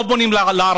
לא בונים לערבים.